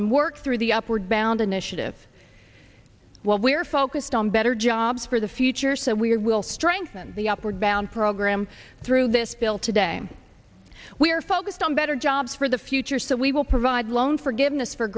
and work through the upward bound initiative while we're focused on better jobs for the future so we will strengthen the upward bound program through this bill today we are focused on better jobs for the future so we will provide loan forgiveness for